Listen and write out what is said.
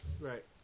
Right